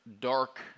dark